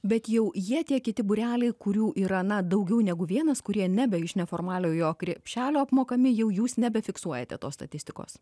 bet jau jie tie kiti būreliai kurių yra na daugiau negu vienas kurie nebe iš neformaliojo krepšelio apmokami jau jūs nebefiksuojate tos statistikos